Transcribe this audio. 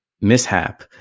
mishap